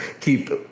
keep